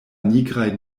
nigraj